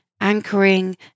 anchoring